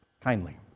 kindly